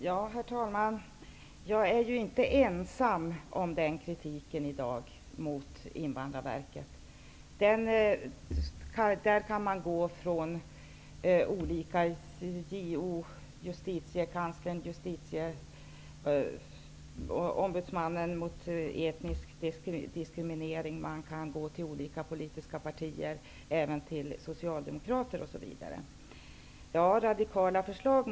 Herr talman! Jag är i dag inte ensam om denna kritik mot Invandrarverket. Den delas av JO, JK, Maud Björnemalm sade att vi inte har kommit med några radikala förslag.